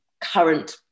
current